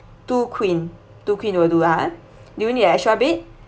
two queen two queen will do ah do you need an extra bed